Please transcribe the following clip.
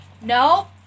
no